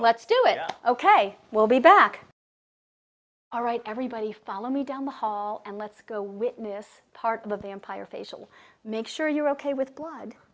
let's do it ok we'll be back all right everybody follow me down the hall and let's go with this part of the vampire facial make sure you're ok with blood